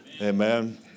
Amen